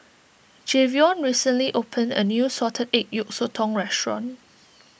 Jayvion recently opened a new Salted Egg Yolk Sotong restaurant